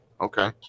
okay